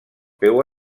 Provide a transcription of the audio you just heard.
peu